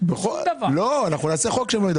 תקופת הוראת השעה.